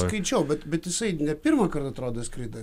skaičiau bet bet jisai ne pirmąkart atrodo skrido